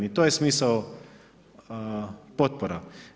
I to je smisao potpora.